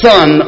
Son